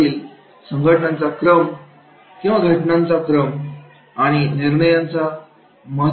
खेळातील घटनांचा क्रम आणि निर्णय महत्त्वाचे असतात